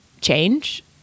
change